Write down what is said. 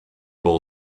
bol